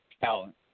Talent